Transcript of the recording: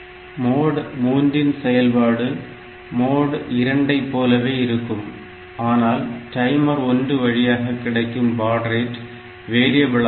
mode 3 இன் செயல்பாடு mode 2 ஐ போலவே இருக்கும் ஆனால் டைமர் 1 வழியாக கிடைக்கும் பாட் ரேட் வேரியபிளாக இருக்கும்